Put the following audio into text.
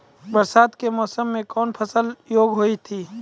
बरसात के मौसम मे कौन फसल योग्य हुई थी?